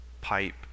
pipe